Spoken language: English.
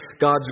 God's